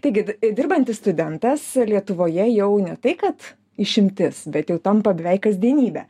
taigi dirbantis studentas lietuvoje jau ne tai kad išimtis bet jau tampa beveik kasdienybe